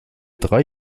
drei